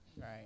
right